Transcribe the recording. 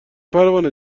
پروانه